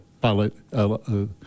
pilot